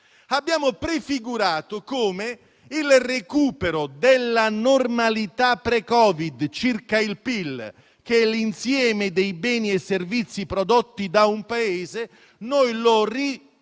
abbiamo prefigurato che il recupero della normalità pre Covid-19 circa il PIL, che è l'insieme dei beni e dei servizi prodotti da un Paese, avverrà